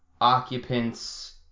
occupants